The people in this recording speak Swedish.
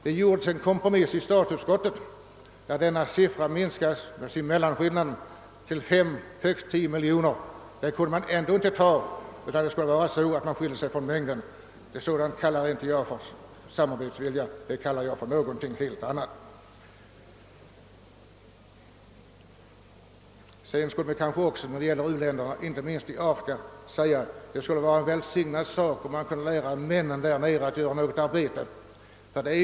Det gjordes en kompromiss i statsutskottet där denna siffra minskades till fem, högst tio miljoner kronor. Det kunde man ändå inte ta utan man skulle skilja sig från mängden. Sådant kallar jag inte samarbetsvilja utan något helt annat. När det gäller u-länderna, inte minst i Afrika, skulle det även vara en: god sak om man kunde lära männen därnere att göra en större arbetsinsats.